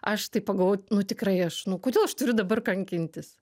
aš tai pagavau nu tikrai aš nu kodėl aš turiu dabar kankintis